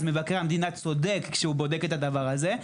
מבקר המדינה צודק שהוא בודק את הדבר הזה,